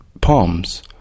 palms